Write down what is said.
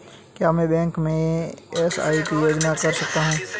क्या मैं बैंक में एस.आई.पी योजना कर सकता हूँ?